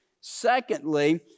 Secondly